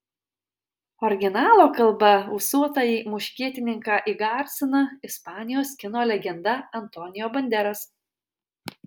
originalo kalba ūsuotąjį muškietininką įgarsina ispanijos kino legenda antonio banderas